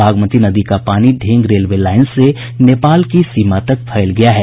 बागमती नदी का पानी ढेंग रेलवे लाईन से नेपाल की सीमा तक फैल गया है